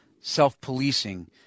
self-policing